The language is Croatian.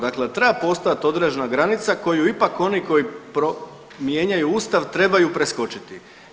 Dakle, treba postojati određena granica koju ipak oni koji mijenjaju Ustav trebaju preskočiti.